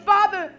Father